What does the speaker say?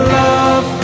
love